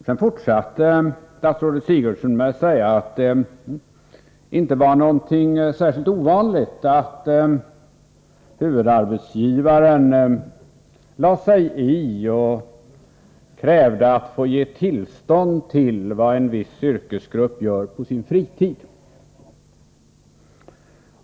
Sedan fortsatte statsrådet Sigurdsen med att säga att det inte var särskilt ovanligt att huvudarbetsgivaren lade sig i och krävde att få ge tillstånd till vad en viss yrkesgrupp gör på sin fritid.